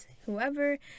whoever